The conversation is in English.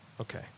Okay